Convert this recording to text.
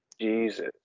Jesus